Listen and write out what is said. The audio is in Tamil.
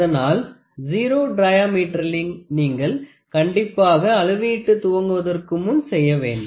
அதனால் 0 டையாமீடெர்லிங்கை நீங்கள் கண்டிப்பாக அளவீட்டு துவங்குவதற்கு முன் செய்ய வேண்டும்